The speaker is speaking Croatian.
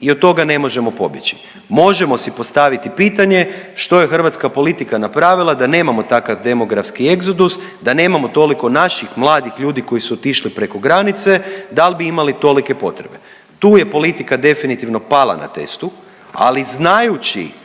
i od toga ne možemo pobjeći. Možemo si postaviti pitanje što je hrvatska politika napravila da nemamo takav demografski egzodus, da nemamo toliko naših mladih ljudi koji su otišli preko granice, da li bi imali tolike potrebe. Tu je politika definitivno pala na testu ali znajući